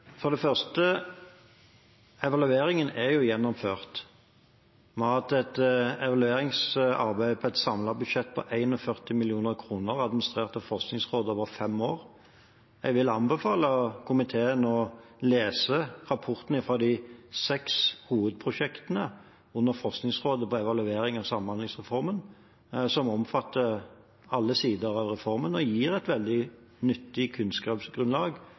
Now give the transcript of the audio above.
For det første: Evalueringen er jo gjennomført. Vi har hatt et evalueringsarbeid til et samlet budsjett på 41 mill. kr administrert av Forskningsrådet over fem år. Jeg vil anbefale komiteen å lese rapporten fra de seks hovedprosjektene under Forskningsrådet på evalueringen av samhandlingsreformen, som omfatter alle sider av reformen og gir et veldig nyttig kunnskapsgrunnlag